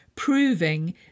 proving